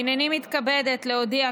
הינני מתכבדת להודיע,